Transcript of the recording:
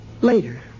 Later